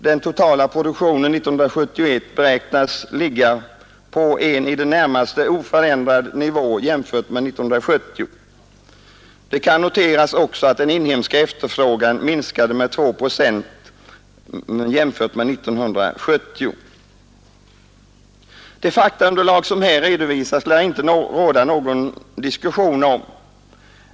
Den totala produktionen 1971 beräknas ligga på en i det närmaste oförändrad nivå jämfört med 1970. Det kan också noteras att den inhemska efterfrågan minskat med 2 procent jämfört med 1970. Det faktaunderlag som här redovisas lär det inte råda någon diskussion om.